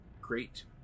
great